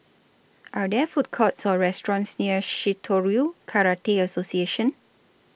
Are There Food Courts Or restaurants near Shitoryu Karate Association